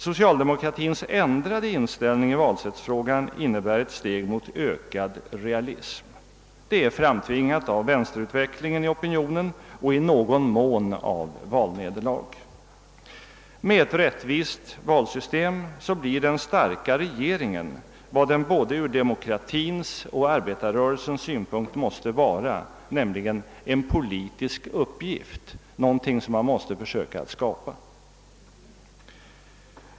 Socialdemokratins ändrade inställning i valsättsfrågan innebär ett steg mot ökad realism, framtvingat av vänsterutvecklingen i opinionen och i någon mån av valnederlag. Med ett rättvist valsystem blir »den starka regeringen» vad den både ur demokratins och arbetarrörelsens synpunkt måste vara: en politisk uppgift, någonting som man måste försöka att skapa.